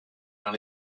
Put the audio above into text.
par